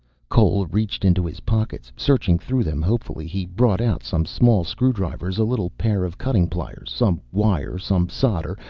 cole reached into his pockets, searching through them hopefully. he brought out some small screwdrivers, a little pair of cutting pliers, some wire, some solder,